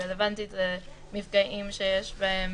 רלוונטית למפגעים שיש בהם